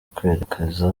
kwerekeza